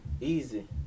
Easy